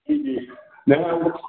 जी जी न